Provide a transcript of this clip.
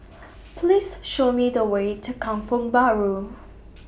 Please Show Me The Way to Kampong Bahru